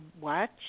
watch